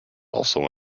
also